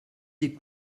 des